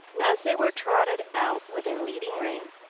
as they were trotted out with a leading rein,